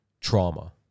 trauma